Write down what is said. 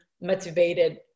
motivated